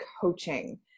coaching